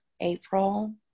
April